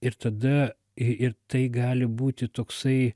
ir tada ir tai gali būti toksai